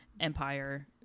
empire